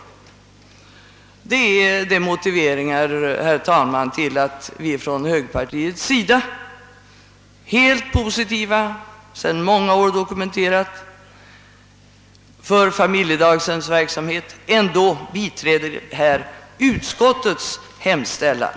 Dessa är motiveringarna, herr talman, till att vi inom högerpartiet — ehuru helt positiva, det är sedan många år dokumenterat, till familjedaghemsverksamheten — ändå biträder utskottets hemställan.